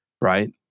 right